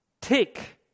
Tick